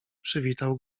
przywitał